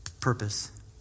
purpose